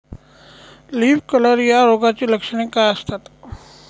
Leaf curl या रोगाची लक्षणे काय असतात?